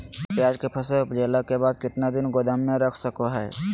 प्याज के फसल उपजला के बाद कितना दिन गोदाम में रख सको हय?